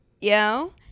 yo